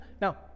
Now